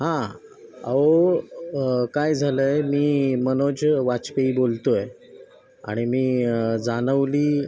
हां अहो काय झालं आहे मी मनोज वाजपेयी बोलतो आहे आणि मी जानवली